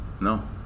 no